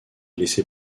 laissés